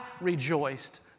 rejoiced